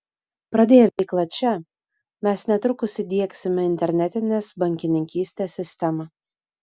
pradėję veiklą čia mes netrukus įdiegsime internetinės bankininkystės sistemą